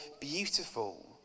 beautiful